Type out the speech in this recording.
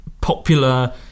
popular